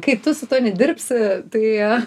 kai tu su tuo nedirbsi tai